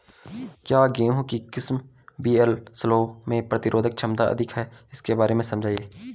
क्या गेहूँ की किस्म वी.एल सोलह में प्रतिरोधक क्षमता अधिक है इसके बारे में समझाइये?